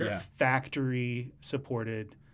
factory-supported